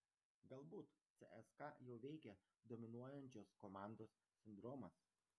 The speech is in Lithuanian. galbūt cska jau veikia dominuojančios komandos sindromas